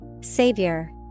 Savior